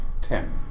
Ten